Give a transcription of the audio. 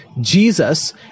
jesus